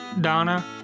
Donna